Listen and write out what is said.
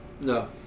No